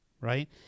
right